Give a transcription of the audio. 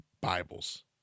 Bibles